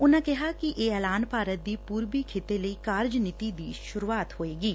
ਉਨੂਾ ਕਿਹਾ ਕਿ ਇਹ ਐਲਾਨ ਭਾਰਤ ਦੀ ਪੂਰਬੀ ਖ਼ਿਤੇ ਲਈ ਕਾਰਜ ਨੀਤੀ ਦੀ ਸ਼ਰੁਆਤ ਹੋਵੇਗੀ